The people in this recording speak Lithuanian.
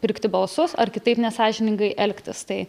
pirkti balsus ar kitaip nesąžiningai elgtis tai